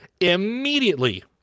immediately